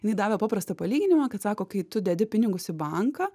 jinai davė paprastą palyginimą kad sako kai tu dedi pinigus į banką